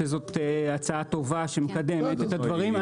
שזו הצעה טובה שמקדמת את הדברים,